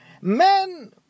Men